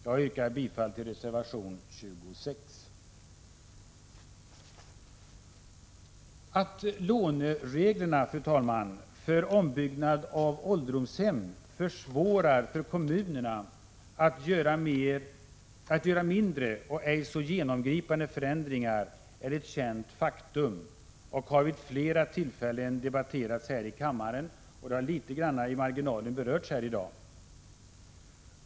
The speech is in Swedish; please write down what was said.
Jag yrkar bifall till reservation 26. Att lånereglerna, fru talman, för ombyggnad av ålderdomshem försvårar för kommunerna att göra mindre och ej så genomgripande förändringar är ett känt faktum och har vid flera tillfällen debatterats här i kammaren. Saken har också låt mig säga i marginalen berörts här i dag.